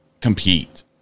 compete